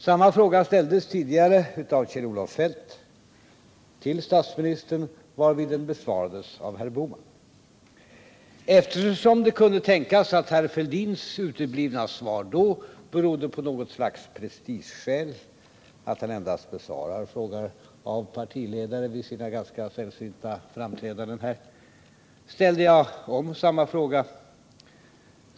Samma fråga ställdes tidigare av Kjell-Olof Feldt till statsministern, varvid den besvarades av herr Bohman. Eftersom det kunde tänkas att det var av något slags prestigeskäl som herr Fälldins svar då uteblev — att han endast besvarade frågor av partiledare vid sina ganska sällsynta framträdanden här — ställde jag på nytt samma fråga.